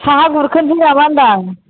साहा गुरखोनोसै नामा होनदां